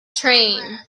train